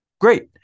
Great